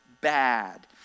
bad